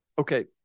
okay